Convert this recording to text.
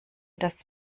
das